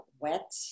wet